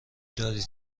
دارید